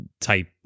type